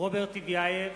רוברט טיבייב,